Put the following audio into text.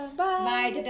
bye